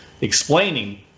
explaining